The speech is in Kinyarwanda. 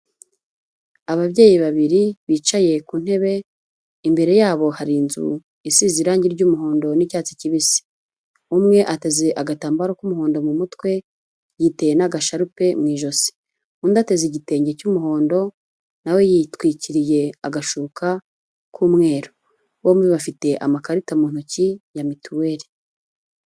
Ababyeyi babiri bicaye ku ntebe, imbere yabo hari inzu isize irangi ry'umuhondo n'icyatsi kibisi. Umwe ateze agatambaro k'umuhondo mu mutwe, yiteye n'agasharupe mu ijosi. Undi ateze igitenge cy'umuhondo, na we yitwikiriye agashuka k'umweru. Bombi bafite amakarita mu ntoki ya mituweri.